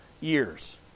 years